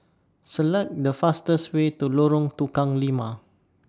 Select The fastest Way to Lorong Tukang Lima